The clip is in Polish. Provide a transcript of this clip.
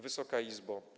Wysoka Izbo!